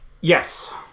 Yes